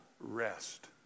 Rest